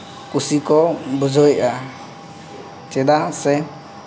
ᱠᱩᱥᱤ ᱠᱚ ᱵᱩᱡᱷᱟᱹᱣᱮᱜᱼᱟ ᱪᱮᱫᱟᱜ ᱥᱮ